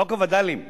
חוק הווד"לים.